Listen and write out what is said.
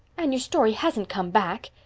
anne, your story hasn't come back?